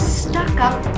stuck-up